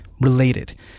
related